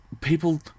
people